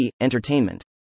entertainment